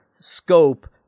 scope